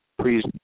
please